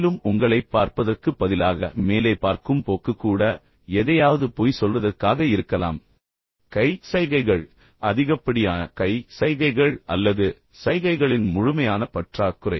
மேலும் உங்களைப் பார்ப்பதற்குப் பதிலாக மேலே பார்க்கும் போக்கு கூட எதையாவது பொய் சொல்வதற்காக இருக்கலாம் கை சைகைகள் அதிகப்படியான கை சைகைகள் அல்லது சைகைகளின் முழுமையான பற்றாக்குறை